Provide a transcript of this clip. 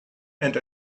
and